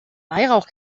weihrauch